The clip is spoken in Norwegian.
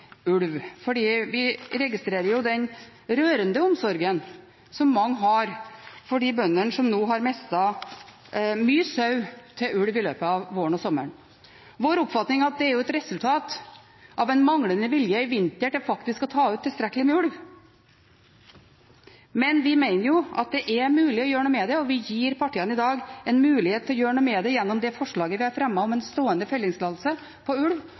Vi registrerer den rørende omsorgen som mange har for de bøndene som nå har mistet mange sauer til ulv i løpet av våren og sommeren. Vår oppfatning er at det er et resultat av en manglende vilje i vinter til å ta ut tilstrekkelig med ulv. Vi mener at det er mulig å gjøre noe med det. Vi gir i dag partiene en mulighet til å gjøre noe med det gjennom det forslaget vi har fremmet, om å «innføre stående fellingstillatelse på ulv».